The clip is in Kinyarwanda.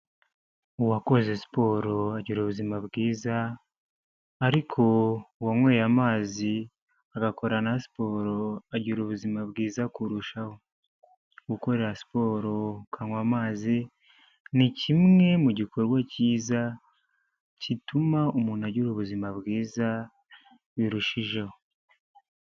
Uwakoze siporo agira ubuzima bwiza, ariko uwanyweye amazi agakora na siporo agira ubuzima bwiza kurushaho, gukora siporo ukanywa amazi, ni kimwe mu gikorwa kiza gituma umuntu agira ubuzima bwiza birushijeho.